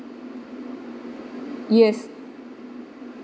yes